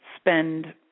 spend